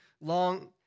long